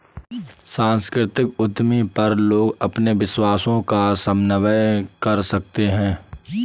सांस्कृतिक उद्यमी पर लोग अपने विश्वासों का समन्वय कर सकते है